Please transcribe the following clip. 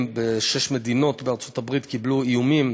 בשש מדינות בארצות-הברית קיבלו איומים